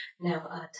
Now